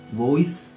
voice